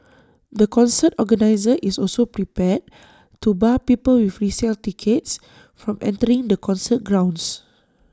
the concert organiser is also prepared to bar people with resale tickets from entering the concert grounds